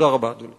תודה רבה, אדוני.